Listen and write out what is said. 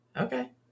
Okay